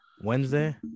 Wednesday